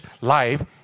life